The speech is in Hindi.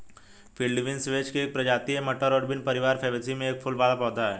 फील्ड बीन्स वेच की एक प्रजाति है, मटर और बीन परिवार फैबेसी में एक फूल वाला पौधा है